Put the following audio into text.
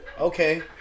Okay